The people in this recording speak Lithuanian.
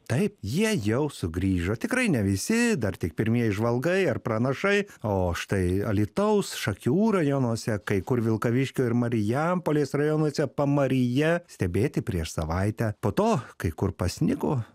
taip jie jau sugrįžo tikrai ne visi dar tik pirmieji žvalgai ar pranašai o štai alytaus šakių rajonuose kai kur vilkaviškio ir marijampolės rajonuose pamaryje stebėti prieš savaitę po to kai kur pasnigo